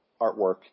artwork